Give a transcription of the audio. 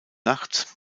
nachts